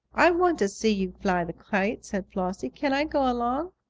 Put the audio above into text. i want to see you fly the kite, said flossie. can i go along?